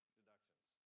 deductions